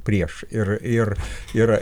prieš ir ir ir